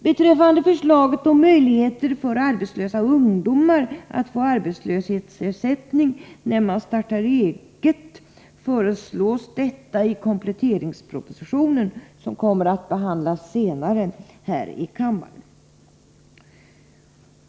Beträffande förslaget om möjlighet för arbetslösa ungdomar att få arbetslöshetsersättning när de startar eget kan jag nämna att den saken tas upp i kompletteringspropositionen, som kommer att behandlas här i kammaren senare under detta riksmöte.